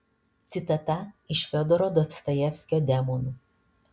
citata iš fiodoro dostojevskio demonų